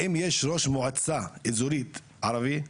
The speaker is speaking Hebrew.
האם יש ראש מועצה אזורית ערבי?